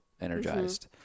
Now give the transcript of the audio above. energized